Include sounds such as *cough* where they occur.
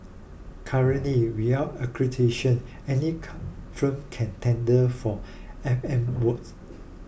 currently without accreditation any *noise* firm can tender for F M work